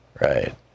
Right